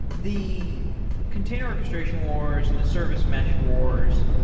the container orchestration wars and the service mesh wars,